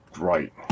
right